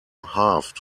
halved